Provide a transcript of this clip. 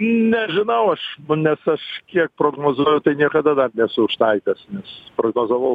nežinau aš nes aš kiek prognozuoju tai niekada dar nesu užtaikęs nes prognozavau